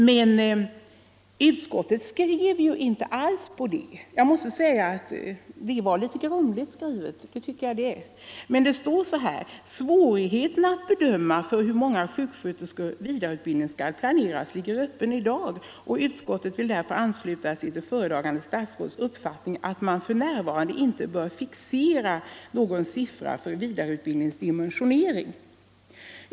Men utskottet skrev inte alls på det sättet; skrivningen är faktiskt litet grumlig, för det står så här: ”Svårigheterna att bedöma för hur många sjuksköterskor vidareutbildningen skall planeras ligger i öppen dag, och utskottet vill därför ansluta sig till föredragande statsrådets uppfattning att man för närvarande inte bör fixera någon siffra för vidareutbildningens dimensionering.